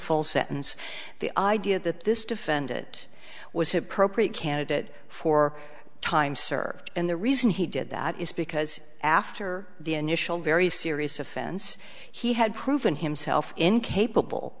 full sentence the idea that this defendant was appropriate candidate for time served and the reason he did that is because after the initial very serious offense he had proven himself incapable